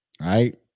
right